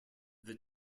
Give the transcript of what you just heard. that